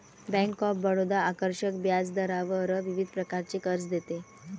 bank of Baroda आकर्षक व्याजदरावर विविध प्रकारचे कर्ज देते